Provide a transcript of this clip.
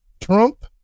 Trump